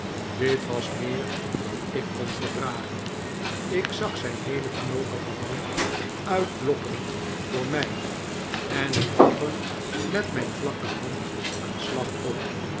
dit was meer dan ik kon verdragen ik zag zijn heele knokige wang uitlokkend voor mij en ik gaf er met mijn vlakke hand een slag op